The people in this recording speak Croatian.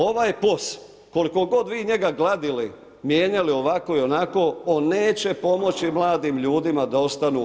Ovaj POS, koliko god vi njega gladili, mijenjali ovako i onako, on neće pomoći mladim ljudima da ostanu u RH.